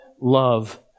love